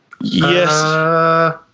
yes